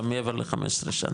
גם מעבר ל-15 שנה,